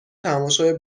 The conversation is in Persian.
تماشای